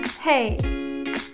Hey